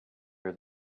her